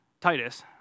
Titus